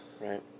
Right